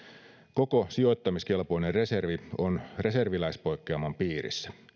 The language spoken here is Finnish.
koko sijoittamiskelpoinen reservi on reserviläispoikkeaman piirissä